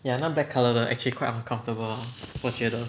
ya 那个 black colour 的 actually quite uncomfortable 我觉得